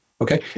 Okay